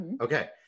Okay